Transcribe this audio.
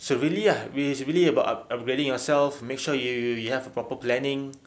so really ah it's really about up~ upgrading ourselves make sure you you have proper planning